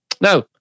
Now